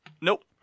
Nope